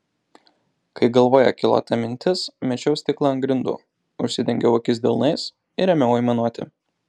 kai galvoje kilo ta mintis mečiau stiklą ant grindų užsidengiau akis delnais ir ėmiau aimanuoti